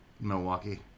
Milwaukee